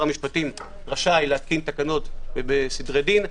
המשפטים רשאי להתקין תקנות בסדרי דין,